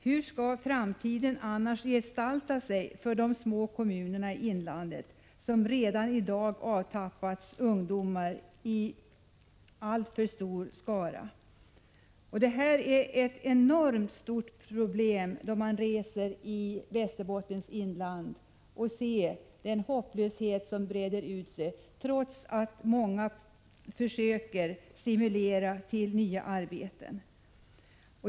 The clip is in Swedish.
Hur skall framtiden annars gestalta sig för de små kommunerna i inlandet, som redan i dag har avtappats ungdomar i alltför stora skaror? När man reser i Västerbottens inland ser man att detta är ett enormt stort problem, med den hopplöshet som breder ut sig, trots att många försöker stimulera till nya arbeten.